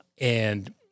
And-